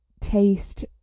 taste